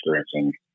experiencing